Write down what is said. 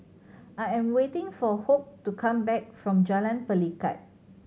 I am waiting for Hoke to come back from Jalan Pelikat